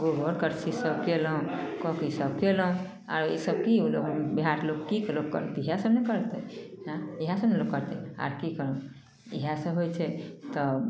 गोबर करची सब कयलहुँ कऽ कऽ ई सब कयलहुँ आरो ई सब की देहातके लोक की सब करतै इहए सब ने करतय आँय इहय सब ने लोक करतय आर की करतै इहए सब होइत छै तब